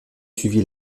suivi